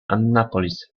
annapolis